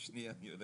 אני מאוד